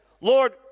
Lord